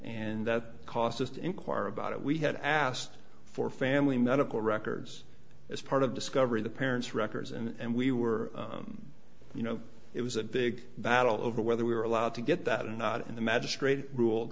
and that cost us to inquire about it we had asked for family medical records as part of discovery the parents records and we were you know it was a big battle over whether we were allowed to get that or not in the